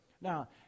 Now